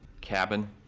cabin